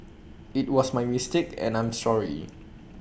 IT was my mistake and I'm sorry